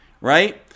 right